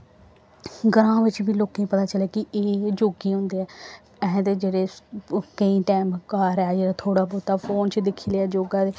ग्रांऽ बिच्च बी लोकें गी पता चलै कि एह् एह् योगे होंदे ऐ असें ते जेह्ड़े केईं टैम घर ऐ जेह्ड़ा थोह्ड़ा बौह्ता फोन च दिक्खी लेआ योग